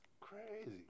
crazy